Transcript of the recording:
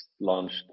launched